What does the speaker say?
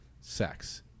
sex